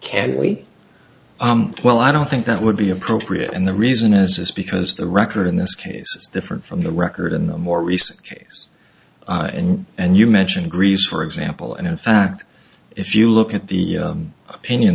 can we well i don't think that would be appropriate and the reason is because the record in this case is different from the record in the more recent case and you mentioned greece for example and in fact if you look at the opinion